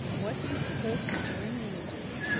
what do you suppose mr. ringley would do?